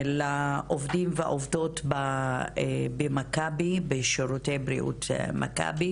לעובדים והעובדות בשירותי בריאות מכבי,